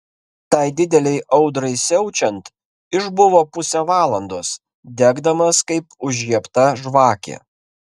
tai didelei audrai siaučiant išbuvo pusę valandos degdamas kaip užžiebta žvakė